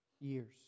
years